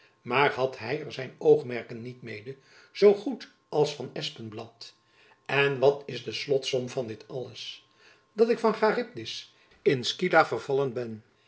maar had hy er zijn oogmerken niet mede zoo goed als van espenblad en wat is de slotsom van dit alles dat ik van charybdis in scylla vervallen ben